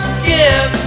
skip